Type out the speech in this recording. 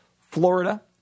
Florida